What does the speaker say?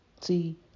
See